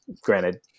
Granted